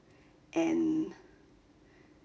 and